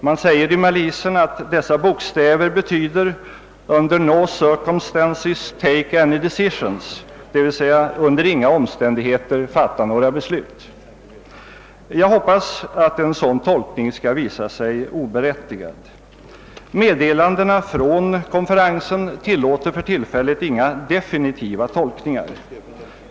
Malisen säger att dessa bokstäver betyder »under no circumstances take any decisions», d. v. s. »under inga omständigheter fatta några beslut». Jag hoppas att en sådan tolkning skall visa sig oberättigad. Meddelandena från konferensen tillåter för tillfället inga definitiva slutsatser.